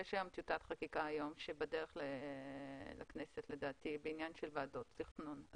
יש היום טיוטת חקיקה שלדעתי היא בדרך לכנסת בעניין של ועדות תכנון.